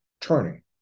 turning